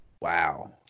Wow